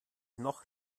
noch